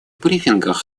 брифингов